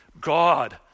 God